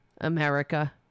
America